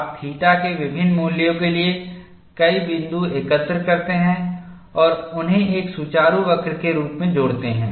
आप थीटा के विभिन्न मूल्यों के लिए कई बिंदु एकत्र करते हैं और उन्हें एक सुचारू वक्र के रूप में जोड़ते हैं